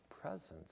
presence